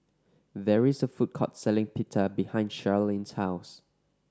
there is a food court selling Pita behind Sharlene's house